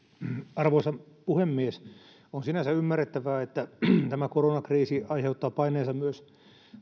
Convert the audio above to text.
arvoisa puhemies on sinänsä ymmärrettävää että tämä koronakriisi aiheuttaa painajaisen myös